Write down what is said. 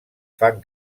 fan